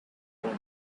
phone